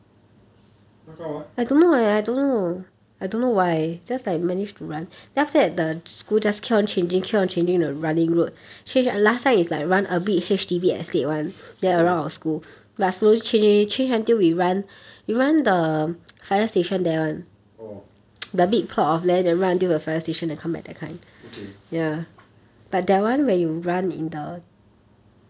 how come ah okay orh okay